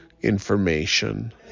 Information